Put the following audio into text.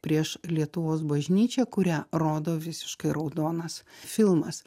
prieš lietuvos bažnyčią kurią rodo visiškai raudonas filmas